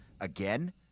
Again